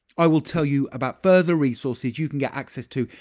i will tell you about further resources you can get access to,